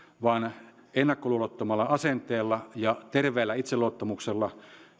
vaan ennakkoluulottomalla asenteella ja terveellä itseluottamuksella